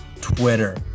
Twitter